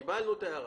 קיבלנו את ההערה.